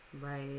Right